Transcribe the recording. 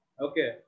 Okay